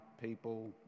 people